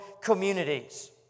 communities